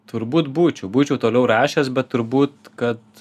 turbūt būčiau būčiau toliau rašęs bet turbūt kad